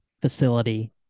facility